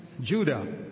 Judah